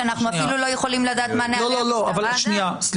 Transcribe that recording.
שאנחנו אפילו לא יכולים לדעת מהם נהלי המשטרה עדיין?